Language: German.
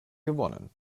gewonnen